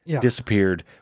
disappeared